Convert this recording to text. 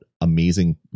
amazing